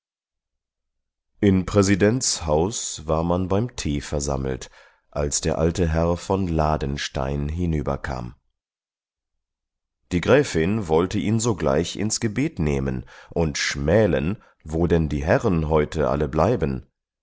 in präsidents haus war man beim tee versammelt als der alte herr von ladenstein hinüber kam die gräfin wollte ihn sogleich ins gebet nehmen und schmälen wo denn die herren heute alle bleiben